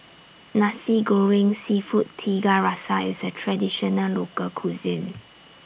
Nasi Goreng Seafood Tiga Rasa IS A Traditional Local Cuisine